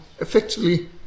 effectively